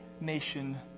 nation